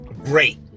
great